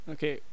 Okay